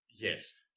Yes